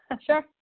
Sure